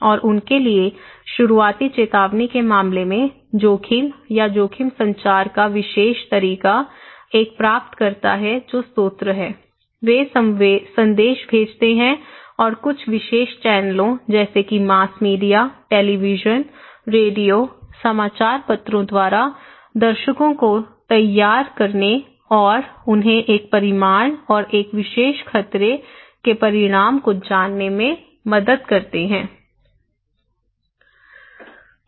और उनके लिए शुरुआती चेतावनी के मामले में जोखिम या जोखिम संचार का विशेष तरीका एक प्राप्तकर्ता है जो स्रोत है वे संदेश भेजते हैं और कुछ विशेष चैनलों जैसे कि मास मीडिया टेलीविज़न रेडियो समाचार पत्रों द्वारा दर्शकों को तैयार करने और उन्हें एक परिमाण और एक विशेष खतरे के परिणाम को जानने में मदद करते हैं